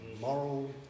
moral